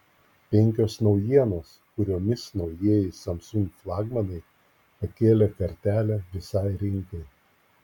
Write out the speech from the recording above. penkios naujienos kuriomis naujieji samsung flagmanai pakėlė kartelę visai rinkai